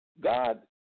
God